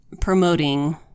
promoting